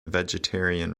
vegetarian